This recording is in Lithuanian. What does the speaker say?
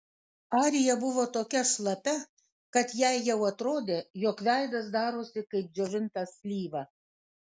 arija buvo tokia šlapia kad jai jau atrodė jog veidas darosi kaip džiovinta slyva